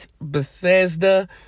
Bethesda